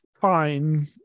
fine